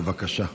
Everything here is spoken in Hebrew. בבקשה.